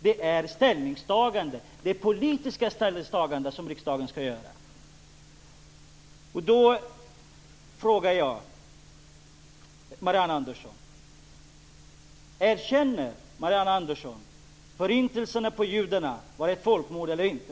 Det är det politiska ställningstagandet som riksdagen ska göra. Jag frågar Marianne Andersson: Erkänner Marianne Andersson att judarnas förintelse var ett folkmord eller inte?